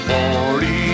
Forty